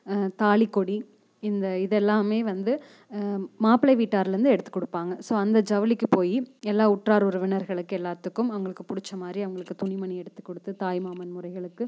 தாலிக்கொடி இந்த இதெல்லாமே வந்து மாப்பிள்ளை வீட்டார்லேந்து எடுத்துக் கொடுப்பாங்க ஸோ அந்த ஜவுளிக்கு போய் எல்லா உற்றார் உறவினர்களுக்கு எல்லாத்துக்கும் அவங்களுக்கு பிடிச்ச மாதிரி அவங்களுக்கு துணி மணி எடுத்துக் கொடுத்து தாய்மாமன் முறைகளுக்கு